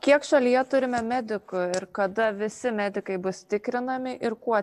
kiek šalyje turime medikų ir kada visi medikai bus tikrinami ir kuo